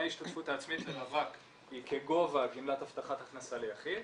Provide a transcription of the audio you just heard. ההשתתפות העצמית לרווק היא כגובה גמלת הבטחת הכנסה ליחיד.